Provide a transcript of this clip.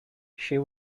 she